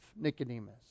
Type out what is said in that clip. Nicodemus